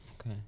Okay